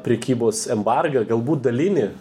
prekybos embargą galbūt dalinį